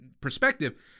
perspective